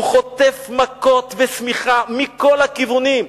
הוא חוטף מכות ושמיכה מכל הכיוונים.